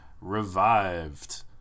revived